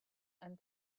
and